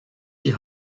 die